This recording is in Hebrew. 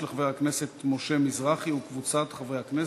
של חבר הכנסת משה מזרחי וקבוצת חברי הכנסת.